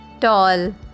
Tall